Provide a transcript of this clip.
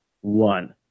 One